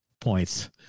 points